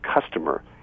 customer